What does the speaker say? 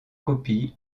copies